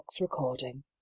recording